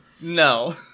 No